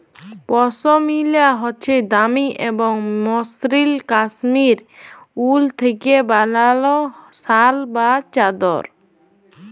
পশমিলা হছে দামি এবং মসৃল কাশ্মীরি উল থ্যাইকে বালাল শাল বা চাদর